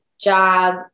job